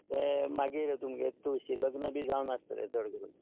ते मागीर तुमगे तुळशी लग्न बी जावन आसतलें चड करून